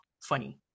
funny